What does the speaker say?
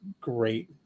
great